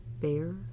Bear